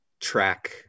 track